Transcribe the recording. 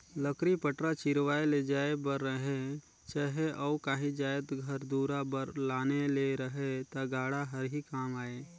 लकरी पटरा चिरवाए ले जाए बर रहें चहे अउ काही जाएत घर दुरा बर लाने ले रहे ता गाड़ा हर ही काम आए